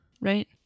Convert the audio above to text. right